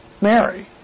Mary